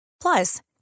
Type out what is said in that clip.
Plus